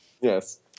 Yes